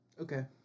Okay